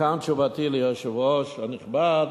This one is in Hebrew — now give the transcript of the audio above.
ומכאן תשובתי ליושב-ראש הנכבד,